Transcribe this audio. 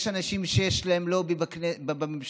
יש אנשים שיש להם לובי בממשלה,